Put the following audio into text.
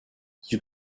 you